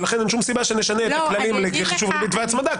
ולכן אין שום סיבה שנשנה את הכללים לחישוב ריבית והצמדה,